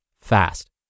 fast